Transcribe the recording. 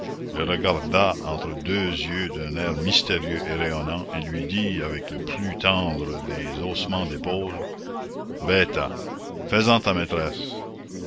le regarda entre deux yeux d'un air mystérieux et rayonnant et lui dit avec le plus tendre des haussements d'épaules bêta fais-en ta maîtresse